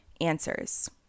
answers